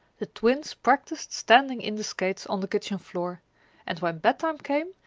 the twins practiced standing in the skates on the kitchen floor and, when bedtime came,